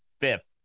fifth